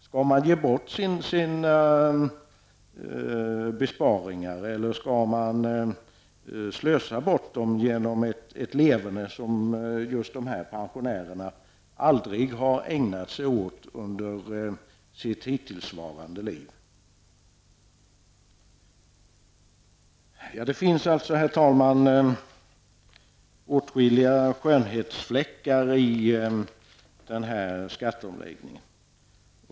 Skall de ge bort sina besparingar, eller skall de slösa bort dem genom ett leverne som just dessa pensionärer aldrig har ägnat sig åt under sitt hittillsvarande liv? Det finns alltså, herr talman, åtskilliga skönhetsfläckar i skatteomläggningen.